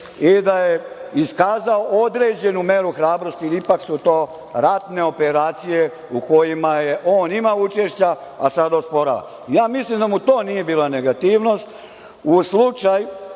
i da je iskazao određenu meru hrabrosti. Ipak su to ratne operacije u kojima je on imao učešća, a sada osporava. Mislim da mu to nije bila negativnost. Slučaj